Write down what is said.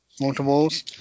multiples